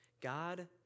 God